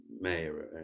mayor